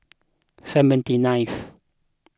seventy ninth